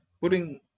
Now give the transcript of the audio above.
putting